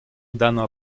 данного